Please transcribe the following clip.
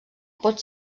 pot